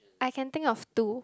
I can think of two